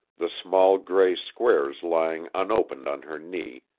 the small, gray squares lying unopened on her knee,